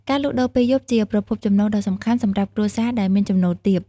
ការលក់ដូរពេលយប់ជាប្រភពចំណូលដ៏សំខាន់សម្រាប់គ្រួសារដែលមានចំណូលទាប។